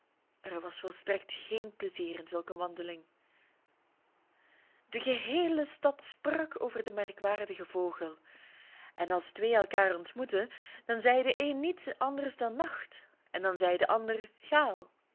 er was volstrekt geen plezier in zulk een wandeling de geheele stad sprak over den merkwaardigen vogel en als twee elkaar ontmoetten dan zei de een niets anders dan nacht en dan zei de ander gaal